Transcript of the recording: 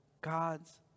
God's